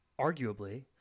arguably